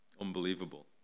Unbelievable